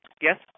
Yes